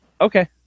Okay